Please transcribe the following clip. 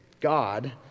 God